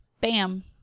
bam